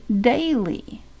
daily